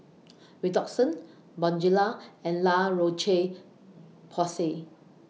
Redoxon Bonjela and La Roche Porsay